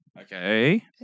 Okay